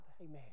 Amen